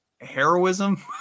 heroism